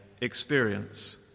experience